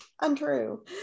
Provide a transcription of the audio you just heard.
Untrue